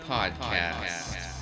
Podcast